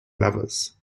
lovers